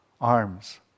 arms